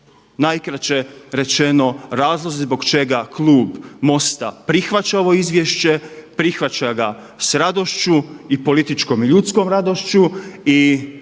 najkraće rečeno razlozi zbog čega Klub MOST-a prihvaća ovo izvješće, prihvaća ga s radošću i političkom ljudskom radošću i